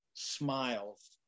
smiles